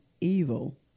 evil